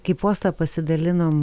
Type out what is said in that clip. kai postą pasidalinom